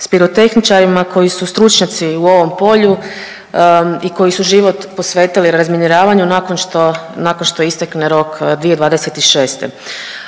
s pirotehničarima koji su stručnjaci u ovom polju i koji su život posvetili razminiravanju nakon što, nakon što istekne rok 2026..